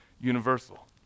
universal